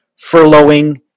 furloughing